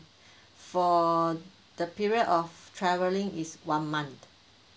for the period of travelling is one month